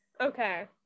Okay